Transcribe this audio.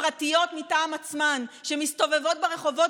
הפרטיות מטעם עצמן שמסתובבות ברחובות